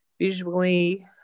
visually